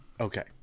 Okay